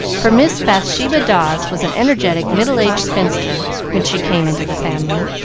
for miss bathsheba dawes was an energetic, middle-aged spinster when she came into the family,